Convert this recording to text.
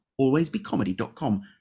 alwaysbecomedy.com